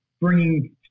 bringing